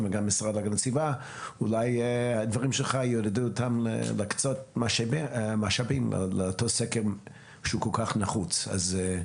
אולי הדברים שלך יעודדו להקצות משאבים לסקר הנחוץ הזה.